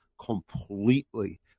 completely